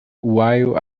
while